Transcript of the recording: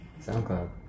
SoundCloud